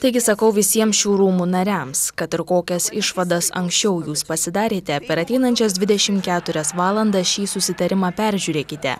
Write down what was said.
taigi sakau visiems šių rūmų nariams kad ir kokias išvadas anksčiau jūs pasidarėte per ateinančias dvidešim keturias valandas šį susitarimą peržiūrėkite